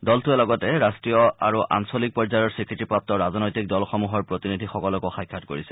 দলটোৱে লগতে ৰট্টীয় আৰু আঞ্চলিক পৰ্যায়ৰ স্বীকৃতিপ্ৰাপ্ত ৰাজনৈতিক দলসমূহৰ প্ৰতিনিধিসকলকো সাক্ষাৎ কৰিছে